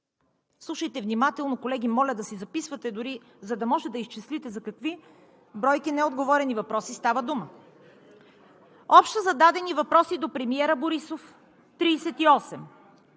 Слушайте внимателно, колеги, моля да си записвате дори, за да може да изчислите за какви бройки неотговорени въпроси става дума. Общо зададени въпроси до премиера Борисов – 38.